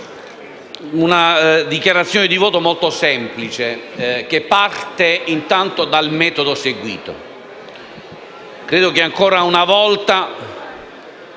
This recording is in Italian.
una dichiarazione di voto molto semplice, che parte, intanto, dal metodo seguito.